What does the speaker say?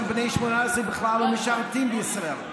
של בני 18 בכלל לא משרתים בישראל?